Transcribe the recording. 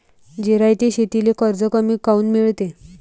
जिरायती शेतीले कर्ज कमी काऊन मिळते?